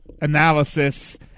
analysis